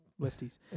lefties